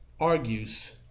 argues